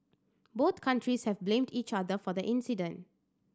both countries have blamed each other for the incident